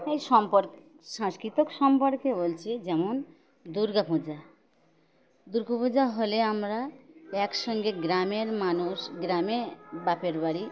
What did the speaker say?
এই সম্পর্কে সাংস্কৃতিক সম্পর্কে বলছি যেমন দুর্গাপূজা দুর্গাপূজা হলে আমরা একসঙ্গে গ্রামের মানুষ গ্রামে বাপের বাড়ি